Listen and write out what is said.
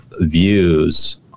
views